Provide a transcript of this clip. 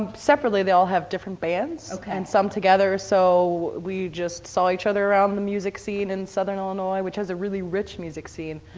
ah separately they all have different bands. okay. and some together, so we just saw each other around the music scene in southern illinois, which has a really rich music scene.